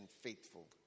faithful